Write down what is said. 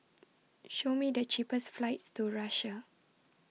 Show Me The cheapest flights to Russia